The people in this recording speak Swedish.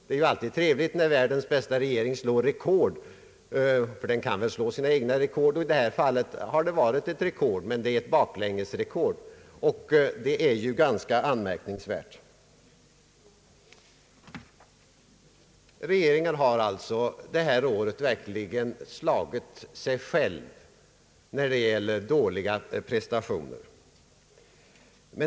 Det är alltid trevligt när världens bästa regering slår sina egna rekord men i detta fall är det ett baklängesrekord, och det är ju ganska anmärkningsvärt. Regeringen har verkligen överträffat sig själv det här året, när det gäller dåliga prestationer.